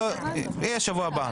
יהיה בשבוע הבא.